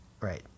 right